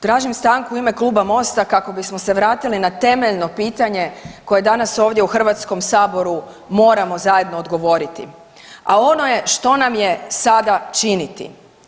Tražim stanku u ime Kluba Mosta kako bismo se vratili na temeljno pitanje koje danas ovdje u HS moramo zajedno odgovoriti, a ono je što nam je sada činiti?